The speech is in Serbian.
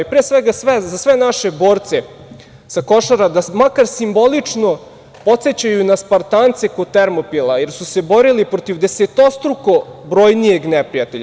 Pre svega, za sve naše borce sa Košara da makar simbolično podsećaju na Spartance kod Termopila jer su se borili protiv desetostruko brojnijeg neprijatelja.